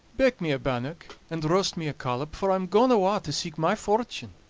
bake me a bannock, and roast me a collop, for i'm gaun awa' to seek my fortune.